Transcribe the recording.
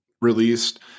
released